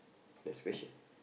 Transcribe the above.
next question